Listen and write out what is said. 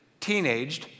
teenaged